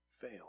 fail